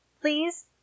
please